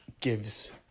gives